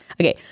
Okay